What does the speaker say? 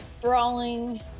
brawling